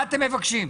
מה אתם מבקשים?